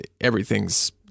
everything's